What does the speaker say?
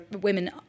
women